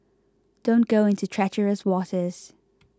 don't go into treacherous waters